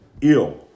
ill